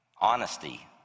Honesty